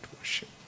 worship